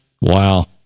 Wow